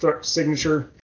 signature